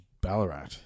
ballarat